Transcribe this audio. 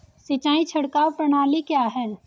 सिंचाई छिड़काव प्रणाली क्या है?